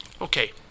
Okay